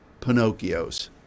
Pinocchios